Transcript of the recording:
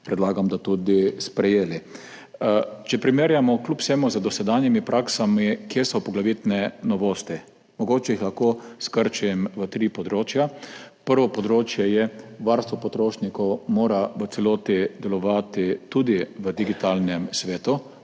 predlagam, da ga jutri tudi sprejmete. Če kljub vsemu primerjamo z dosedanjimi praksami, kje so poglavitne novosti. Mogoče jih lahko skrčim v tri področja. Prvo področje je varstvo potrošnikov, ki mora v celoti delovati tudi v digitalnem svetu.